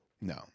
No